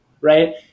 Right